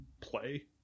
play